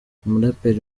umuraperi